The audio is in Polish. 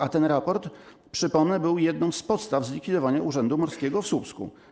A ten raport, przypomnę, był jedną z podstaw zlikwidowania Urzędu Morskiego w Słupsku.